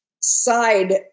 side